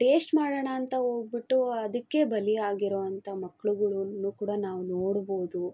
taste ಮಾಡೋಣ ಅಂತ ಹೋಗ್ಬಿಟ್ಟು ಅದಕ್ಕೆ ಬಲಿಯಾಗಿರುವಂಥ ಮಕ್ಳುಗಳನ್ನು ಕೂಡ ನಾವು ನೋಡ್ಬೋದು